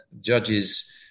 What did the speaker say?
judges